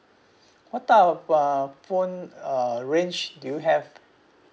what type of uh phone uh range do you have